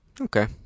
Okay